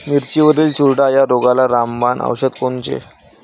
मिरचीवरील चुरडा या रोगाले रामबाण औषध कोनचे?